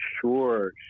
Sure